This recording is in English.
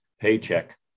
paycheck